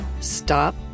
Stop